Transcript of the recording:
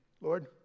Lord